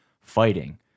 Fighting